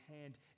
hand